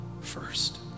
first